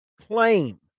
claim